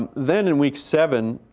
um then in week seven